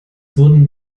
wurden